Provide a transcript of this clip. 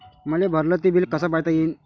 मले भरल ते बिल कस पायता येईन?